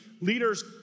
leaders